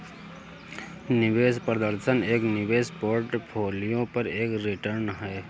निवेश प्रदर्शन एक निवेश पोर्टफोलियो पर एक रिटर्न है